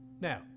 Now